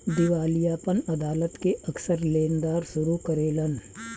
दिवालियापन अदालत के अक्सर लेनदार शुरू करेलन